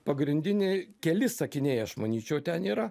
pagrindiniai keli sakiniai aš manyčiau ten yra